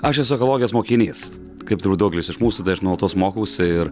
aš esu ekologijos mokinys kaip turbūt daugelis iš mūsų tai aš nuolatos mokausi ir